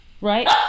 Right